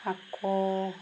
আকৌ